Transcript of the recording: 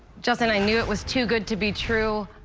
justin, i knew it was too good to be true.